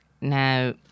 Now